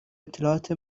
اطلاعات